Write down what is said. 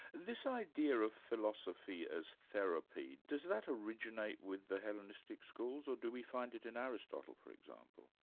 this idea of philosophy as therapy, does that originate with the hellenistic schools or do we find it in aristotle for example?